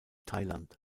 thailand